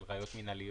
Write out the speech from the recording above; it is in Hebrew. של ראיות מינהליות.